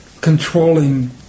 controlling